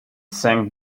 sank